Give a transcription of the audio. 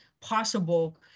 possible